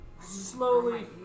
slowly